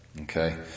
Okay